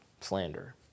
slander